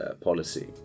policy